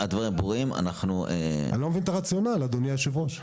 אני לא מבין את הרציונל, אדוני היושב-ראש.